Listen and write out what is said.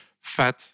fat